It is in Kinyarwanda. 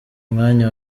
mwanya